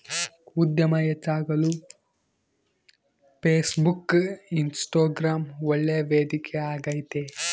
ಉದ್ಯಮ ಹೆಚ್ಚಾಗಲು Facebook, Instagram ಒಳ್ಳೆ ವೇದಿಕೆ ಆಗೈತೆ